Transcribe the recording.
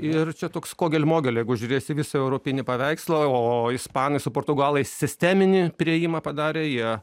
ir čia toks ir čia toks kogel mogel jeigu žiūrėsi visą europinį paveikslą o ispanai su portugalais sisteminį priėjimą padarė jie